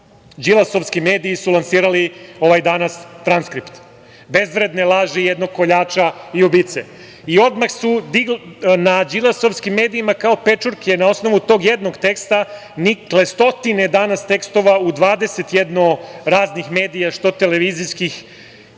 đilasovski mediji su lansirali ovaj danas transkript, bezvredne laži jednog koljača i ubice. I odmah su na đilasovskim medijima, kao pečurke na osnovu tog jednog teksta nikle stotine danas tekstova u 20 raznih medija, što televizijskih